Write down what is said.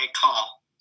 call